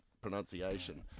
pronunciation